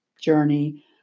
journey